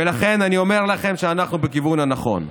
ולכן אני אומר לכם שאנחנו בכיוון הנכון.